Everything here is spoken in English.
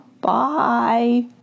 Bye